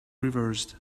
reversed